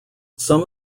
some